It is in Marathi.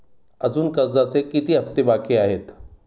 अजुन कर्जाचे किती हप्ते बाकी आहेत?